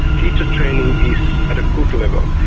teacher training is at a good level.